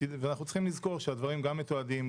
ואנחנו צריכים לזכור שהדברים גם מתועדים,